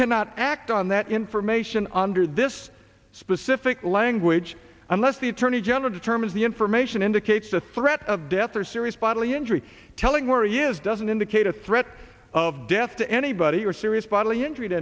cannot act on that information under this specific language unless the attorney general determines the information indicates the threat of death or serious bodily injury telling where is doesn't indicate a threat of death to anybody or serious bodily injury to